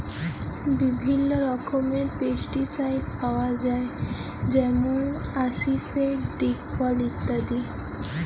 বিভিল্ল্য রকমের পেস্টিসাইড পাউয়া যায় যেমল আসিফেট, দিগফল ইত্যাদি